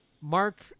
Mark